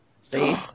See